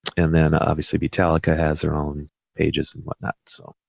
and then obviously beatallica has their own pages and whatnot. so